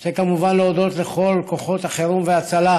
אני רוצה, כמובן, להודות לכל כוחות החירום וההצלה,